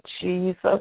Jesus